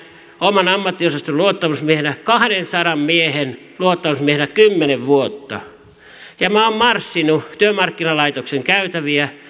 oman ammattiosaston luottamusmiehenä kahdensadan miehen luottamusmiehenä kymmenen vuotta minä olen marssinut työmarkkinalaitoksen käytäviä